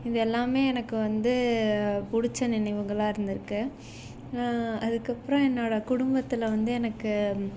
இது எல்லாமே எனக்கு வந்து பிடிச்ச நினைவுகளாக இருந்துருக்குது அதுக்கப்புறம் என்னோடய குடும்பத்தில் வந்து எனக்கு